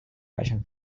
passion